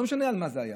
ולא משנה על מה זה היה,